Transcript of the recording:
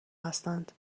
هستند